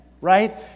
right